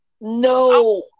No